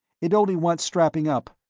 it only wants strapping up.